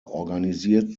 organisiert